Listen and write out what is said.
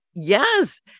yes